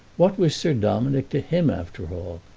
what was sir dominick to him after all?